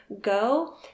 go